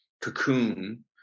cocoon